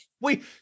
wait